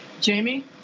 Jamie